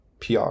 PR